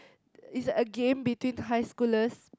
it's a game between high schoolers